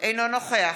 אינו נוכח